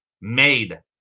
Made